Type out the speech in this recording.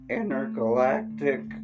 Intergalactic